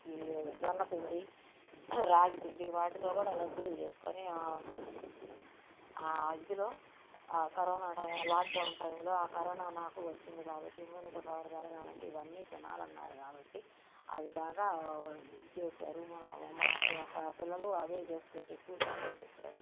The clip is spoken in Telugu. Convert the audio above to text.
ఈ జొన్న పిండి రాగి పిండి వాటితో కూడా లడ్డూలు చేసుకొని ఆ ఆ ఇదిలో ఆ కరోనా టైం లాక్డౌన్ టైంలో ఆ కరోనా నాకు వచ్చింది కాబట్టి ఇమ్యూనిటీ పవర్ పెరగాలి అంటే ఇవన్నీ తినాలి అన్నారు కాబట్టి అవి బాగా ఇది చేసారు మా మా పిల్లలు అవే తీసుకొచ్చి ఎక్కువ శాతం పెట్టారు